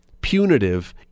punitive